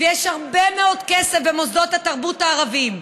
ויש הרבה מאוד כסף במוסדות התרבות הערביים,